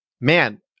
man